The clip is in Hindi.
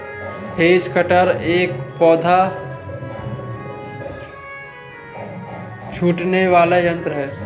हैज कटर एक पौधा छाँटने वाला यन्त्र है